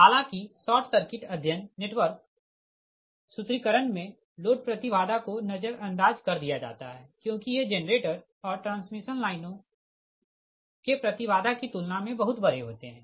हालाँकि short circuit अध्ययन network सूत्रीकरण मे लोड प्रति बाधा को नज़रअंदाज़ कर दिया जाता है क्योंकि ये जेनरेटर और ट्रांसमिशन लाइनों के प्रति बाधा की तुलना मे बहुत बड़े होते है